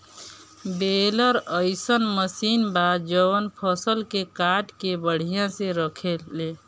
baler अइसन machine बा जवन फसल के काट के बढ़िया से रखेले